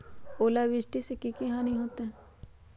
ओलावृष्टि से की की हानि होतै?